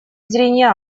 зрения